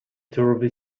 turvy